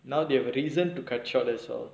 now they have reason to catch up as well